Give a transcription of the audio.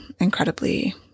incredibly